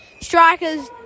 Strikers